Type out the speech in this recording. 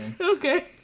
okay